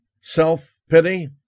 Self-pity